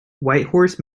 whitehorse